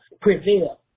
prevail